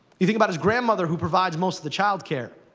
you think about his grandmother, who provides most of the childcare.